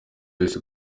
wese